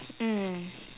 mm